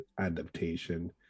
adaptation